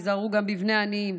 היזהרו גם בבני עניים,